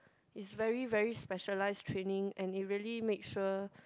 is very very specialised training and it really make sure